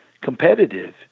competitive